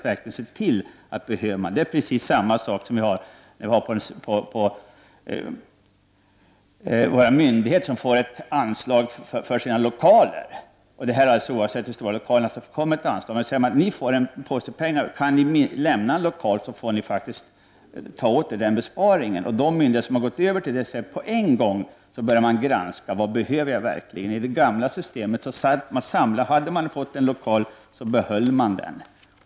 Samma förhållande finns i fråga om myndigheternas lokaler. De får anslag till lokaler oavsett hur stora de är. Men om de får en viss summa pengar för detta ändamål och om de sedan kan lämna ifrån sig en lokal så får de själva använda sig av denna besparing. De myndigheter som har övergått till detta system började på en gång granska vad de verkligen behöver. Men enligt det gamla systemet behöll myndigheterna de lokaler som de fått.